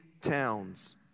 towns